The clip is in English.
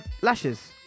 Lashes